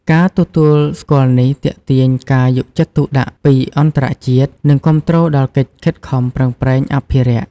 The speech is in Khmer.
ការទទួលស្គាល់នេះទាក់ទាញការយកចិត្តទុកដាក់ពីអន្តរជាតិ និងគាំទ្រដល់កិច្ចខិតខំប្រឹងប្រែងអភិរក្ស។